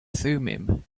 thummim